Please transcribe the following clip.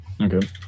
Okay